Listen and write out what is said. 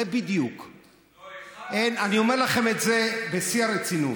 אני אומר לכם בשיא הרצינות,